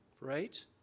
right